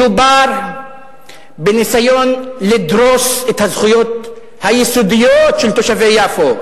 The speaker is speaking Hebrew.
מדובר בניסיון לדרוס את הזכויות היסודיות של תושבי יפו,